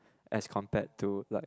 as compared to like